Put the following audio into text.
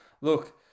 look